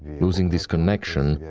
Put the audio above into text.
losing this connection,